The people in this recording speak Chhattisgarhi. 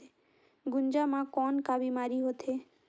गुनजा मा कौन का बीमारी होथे?